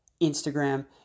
Instagram